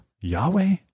Yahweh